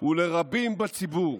לרבים בציבור